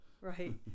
Right